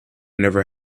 never